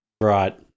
right